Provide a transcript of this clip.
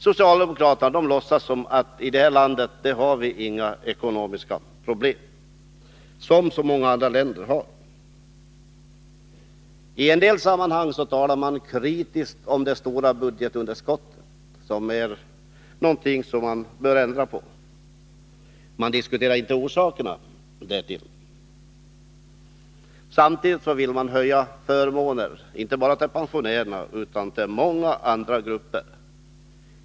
Socialdemokraterna låtsas som om vi i vårt land inte har några sådana ekonomiska problem som många andra länder har. I en del sammanhang talar man dock kritiskt om vårt stora budgetunderskott, som vi också bör försöka få ned, men man diskuterar inte orsakerna till detta. Samtidigt vill man öka förmånerna, inte bara till pensionärerna, utan också till många andra grupper.